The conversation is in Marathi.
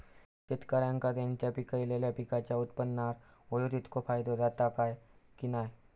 शेतकऱ्यांका त्यांचा पिकयलेल्या पीकांच्या उत्पन्नार होयो तितको फायदो जाता काय की नाय?